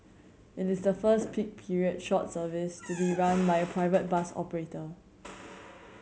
it is the first peak period short service to be run by a private bus operator